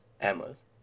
Emma's